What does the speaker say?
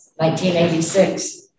1986